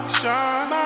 shine